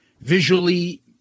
visually